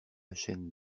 chaîne